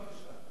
בבקשה.